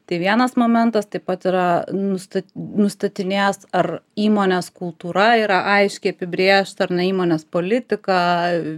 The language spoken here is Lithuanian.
tai vienas momentas taip pat yra nusta nustatinės ar įmonės kultūra yra aiškiai apibrėžta ar ne įmonės politika